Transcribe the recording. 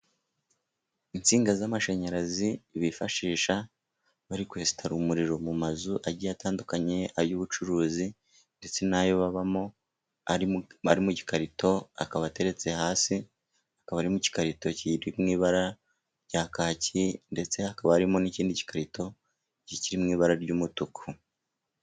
Insinga z'amashanyarazi bifashisha bari kwesitara umuriro mu mazu agiye atandukanye, ay'ubucuruzi ndetse n'ayo babamo mu gikarito akaba ateretse hasi hakaba harimo igikarito k'ibara rya kaki, ndetse hakaba harimo n'ikindi gikarito cyo kiri mu ibara ry'umutuku.